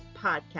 Podcast